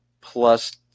plus